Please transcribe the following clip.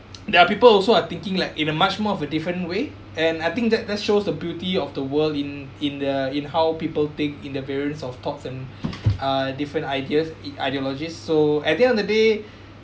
there are people also are thinking like in a much more of a different way and I think that that shows the beauty of the world in in the in how people take in the variance of thoughts and uh different ideas id~ ideology so at the end of the day